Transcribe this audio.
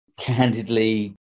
candidly